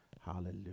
hallelujah